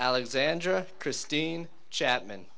alexandra christine chapman